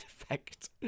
effect